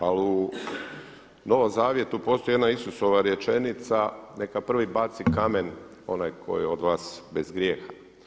Ali u Novom zavjetu postoji jedna Isusova rečenica neka prvi baci kamen onaj koji je od vas bez grijeha.